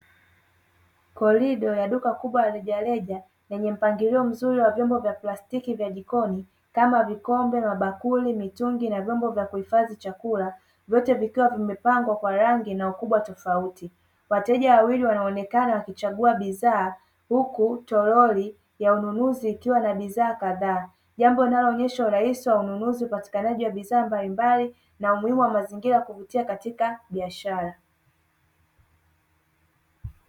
Korido ya duka kubwa la rejareja lenye mpangilio mzuri wa vyombo vya plastiki vya jikoni kama vikombe, mabakuli, mitungi na vyombo vya kuhifadhi chakula vyote vikiwa vimepengwa kwa rangi na ukubwa tofauti. Wateja wawili wanaonekana wakichagua bidhaa huku toroli ya ununuzi ikiwa na bidhaa. Jambo linaloonyesha urahisi wa ununuzi, upatikanaji wa bidhaa mbalimbali na umuhimu wa mazingira ya kuvutia katika biashara.